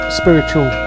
spiritual